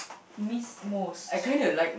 miss most